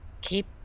Keep